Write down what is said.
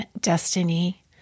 destiny